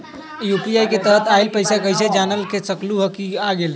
UPI के तहत आइल पैसा कईसे जानल जा सकहु की आ गेल?